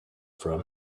from